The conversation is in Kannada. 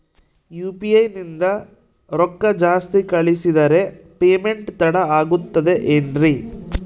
ಯು.ಪಿ.ಐ ನಿಂದ ರೊಕ್ಕ ಜಾಸ್ತಿ ಕಳಿಸಿದರೆ ಪೇಮೆಂಟ್ ತಡ ಆಗುತ್ತದೆ ಎನ್ರಿ?